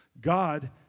God